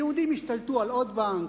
היהודים השתלטו על עוד בנק,